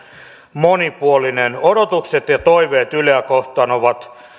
monipuolinen odotukset ja toiveet yleä kohtaan ovat